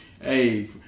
Hey